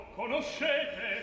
conoscete